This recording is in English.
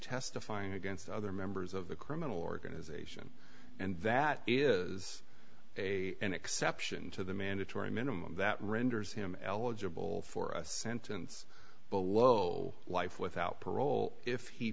testifying against other members of the criminal organization and that is a an exception to the mandatory minimum that renders him eligible for a sentence a low life without parole if he